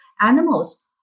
animals